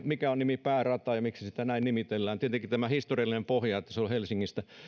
mikä on nimi päärata ja miksi sitä näin nimitellään tietenkin on tämä historiallinen pohja